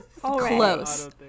Close